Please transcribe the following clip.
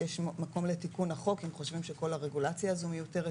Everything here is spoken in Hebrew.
יש מקום לתיקון החוק אם חושבים שכל הרגולציה הזו מיותרת.